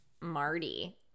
Marty